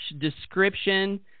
description